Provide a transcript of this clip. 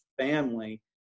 family